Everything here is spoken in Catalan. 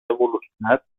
evolucionat